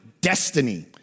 destiny